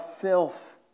filth